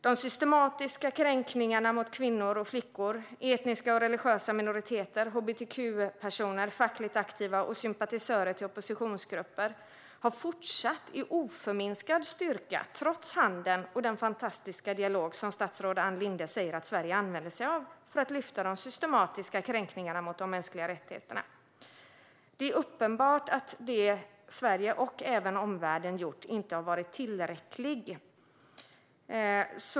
De systematiska kränkningarna mot kvinnor och flickor, etniska och religiösa minoriteter, hbtq-personer, fackligt aktiva och sympatisörer till oppositionsgrupper har fortsatt med oförminskad styrka, trots handeln och den fantastiska dialog som statsrådet Ann Linde säger att Sverige använder sig av för att lyfta upp de systematiska kränkningarna mot de mänskliga rättigheterna. Det är uppenbart att det som Sverige och även omvärlden gjort inte har varit tillräckligt.